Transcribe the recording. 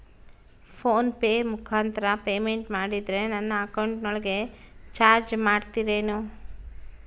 Phone pay ಮುಖಾಂತರ payment ಮಾಡಿದರೆ ನನ್ನ ಅಕೌಂಟಿನೊಳಗ ಚಾರ್ಜ್ ಮಾಡ್ತಿರೇನು?